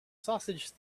sausage